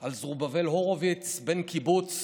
על זרובבל הורוביץ, בן קיבוץ,